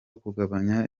kugabanya